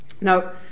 Now